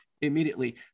immediately